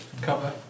Cover